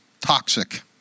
toxic